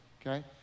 okay